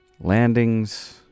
landings